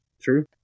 True